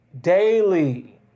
daily